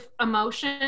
emotion